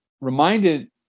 reminded